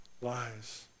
lies